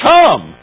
Come